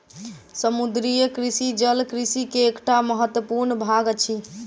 समुद्रीय कृषि जल कृषि के एकटा महत्वपूर्ण भाग अछि